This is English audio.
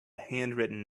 handwritten